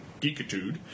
geekitude